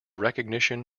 recognition